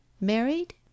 Married